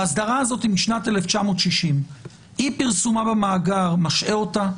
האסדרה הזאת היא משנת 1960. אי פרסומה במאגר משעה אותה?